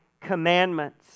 commandments